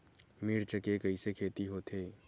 मिर्च के कइसे खेती होथे?